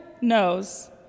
knows